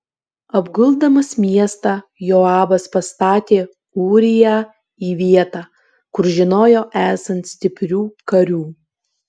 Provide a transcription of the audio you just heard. apguldamas miestą joabas pastatė ūriją į vietą kur žinojo esant stiprių karių